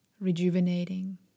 rejuvenating